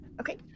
Okay